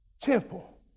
Temple